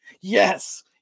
Yes